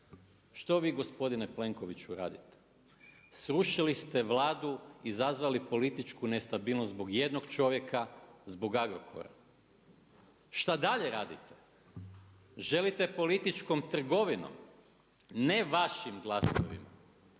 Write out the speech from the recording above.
Što vi gospodine Plenkoviću radite? Srušili ste Vladu, izazvali političku nestabilnost zbog jednog čovjeka, zbog Agrokora? Šta dalje radite? Želite političkom trgovinom, ne vašim glasovima,